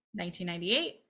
1998